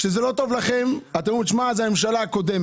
כשזה לא טוב לכם, אתם אומרים שזאת הממשלה הקודמת.